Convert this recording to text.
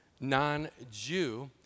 non-Jew